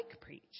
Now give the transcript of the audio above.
preach